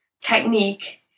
technique